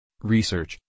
research